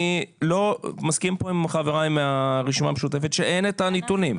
אני לא מסכים עם חבריי מהרשימה המשותפת שאין הנתונים.